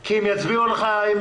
כי הם יצביעו לך?